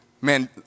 Man